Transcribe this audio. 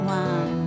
one